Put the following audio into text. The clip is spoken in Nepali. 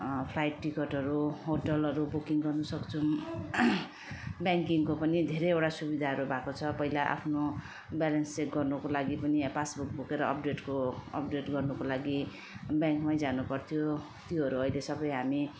फ्लाइट टिकटहरू होटेलहरू बुकिङ गर्न सक्छौँ ब्याङ्किङको पनि धेरैवटा सुविधा भएको छ पहिला आफ्नो ब्यालेन्स चेक गर्नुको लागि पनि पासबुक बोकेर अपडेट अपडेट गर्नुको लागि ब्याङ्कमै जानु पर्थ्यो त्योहरू अहिले सबै हामी